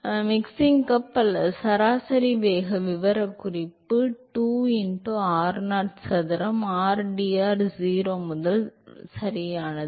உம் mixing cup அல்லது சராசரி வேக விவரக்குறிப்பு 2 x r0 சதுரம் r dr இல் 0 முதல் r0 u வரை சரியானது